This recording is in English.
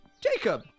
Jacob